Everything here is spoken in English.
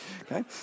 Okay